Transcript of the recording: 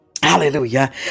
hallelujah